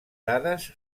dades